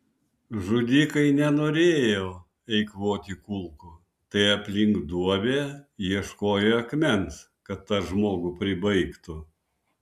žudikai nenorėjo eikvoti kulkų tai aplink duobę ieškojo akmens kad tą žmogų pribaigtų